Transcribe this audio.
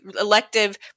elective